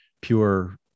pure